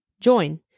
join